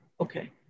okay